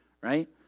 right